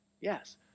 Yes